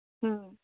হুম